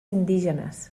indígenes